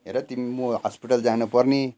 हेर तिमी म हस्पिटल जानु पर्ने